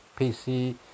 PC